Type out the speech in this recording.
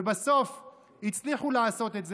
ובסוף הצליחו לעשות את זה.